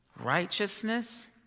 Righteousness